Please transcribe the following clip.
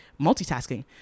multitasking